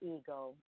ego